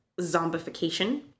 zombification